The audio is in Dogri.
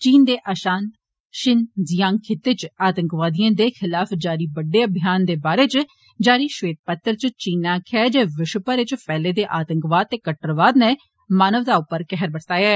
चीन दे अषांत षिनजियांग खित्ते च आतंकवादिएं दे खिलाफ जारी बड्डे अमियान दे बारे च जारी ष्वेत पत्र च चीन नै आक्खेआ ऐ जे विष्व भर च फैले दे आतंकवाद ते कट्टरवाद नै मानवता उप्पर कहर बरसाया ऐ